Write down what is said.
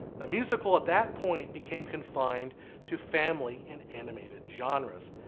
the musical at that point became confined to family and animated genre.